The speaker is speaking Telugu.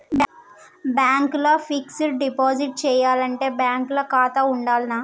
బ్యాంక్ ల ఫిక్స్ డ్ డిపాజిట్ చేయాలంటే బ్యాంక్ ల ఖాతా ఉండాల్నా?